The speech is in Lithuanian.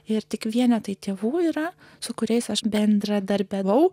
ir tik vienetai tėvų yra su kuriais aš bendradarbiavau